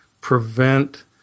prevent